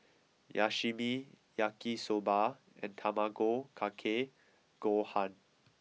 Sashimi Yaki Soba and Tamago Kake Gohan